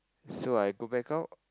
so I go back out